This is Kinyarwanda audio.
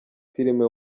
filime